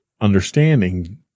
understanding